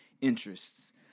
interests